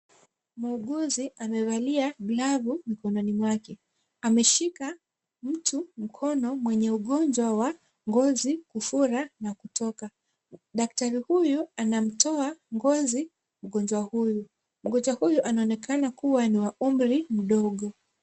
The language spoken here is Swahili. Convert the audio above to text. Muuguzi amevalia glavu mikononi mwake. Ameshika mtu mkono mwenye ugonjwa wa ngozi kufura na kutoka. Daktari huyu anamtoa ngozi mgonjwa huyu. Mgonjwa huyu anaonekana kuwa ni wa umri mdogo.